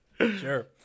Sure